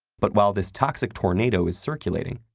but while this toxic tornado is circulating,